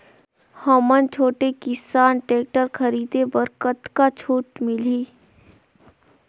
हमन छोटे किसान टेक्टर खरीदे बर कतका छूट मिलही?